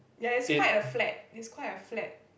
ya it's quite a flat it's quite a flat